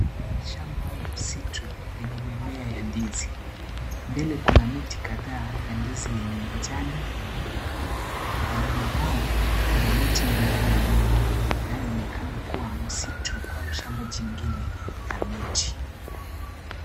Ni shamba au msitu yenye mimea ya ndizi mbele kuna miti kadhaa ya ndizi yenye majani makubwa na nyuma yao kuna miti mengine mengi nayo ni kanakua msitu au shamba jingine la miti.